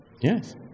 yes